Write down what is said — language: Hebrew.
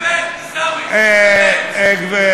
רוח אל-בית, עיסאווי, רוח אל-בית.